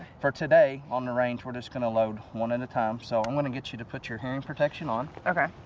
for today on the range, we're just gonna load one at a time. so i'm gonna get you to put your hearing protection on. okay.